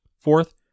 Fourth